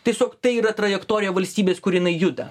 tiesiog tai yra trajektorija valstybės kur jinai juda